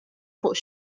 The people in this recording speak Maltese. fuq